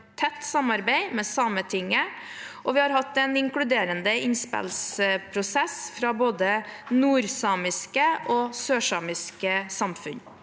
tett samarbeid med Sametinget. Vi har hatt en inkluderende innspillsprosess fra både nordsamiske og sørsamiske samfunn.